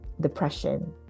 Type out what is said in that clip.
depression